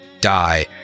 die